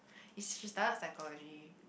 is she studied psychology